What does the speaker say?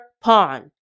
pawn